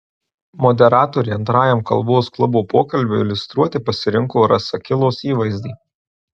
moderatorė antrajam kalbos klubo pokalbiui iliustruoti pasirinko rasakilos įvaizdį